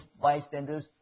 bystanders